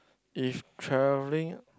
if travelling